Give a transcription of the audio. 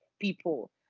people